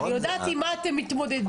אני יודעת עם מה אתם מתמודדים.